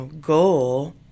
goal